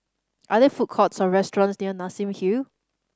are there food courts or restaurants near Nassim Hill